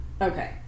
Okay